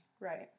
Right